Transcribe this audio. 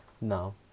No